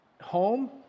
home